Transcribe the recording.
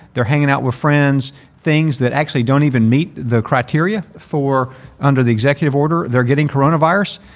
they're hanging out with friends, things that actually don't even meet the criteria for under the executive order. they're getting coronavirus.